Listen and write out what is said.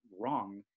wrong